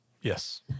Yes